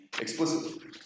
explicitly